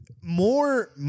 more